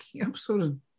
episode